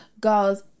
girls